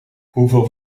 hoeveel